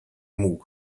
muł